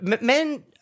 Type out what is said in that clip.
Men